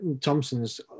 Thompson's